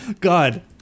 God